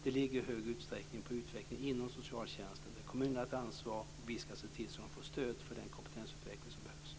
Det ligger i stor utsträckning på utvecklingen inom socialtjänsten, där kommunerna har ett ansvar. Vi ska se till att de får stöd för den kompetensutveckling som behövs.